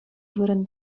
вырӑн